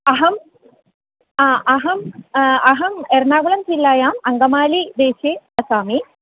अहम् अहम् अहं एर्णागुलं जिल्लायाम् अङ्गमालि देशे वसामि